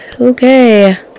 okay